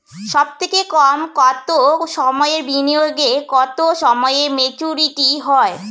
সবথেকে কম কতো সময়ের বিনিয়োগে কতো সময়ে মেচুরিটি হয়?